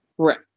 Right